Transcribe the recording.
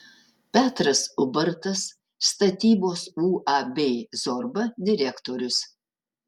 petras ubartas statybos uab zorba direktorius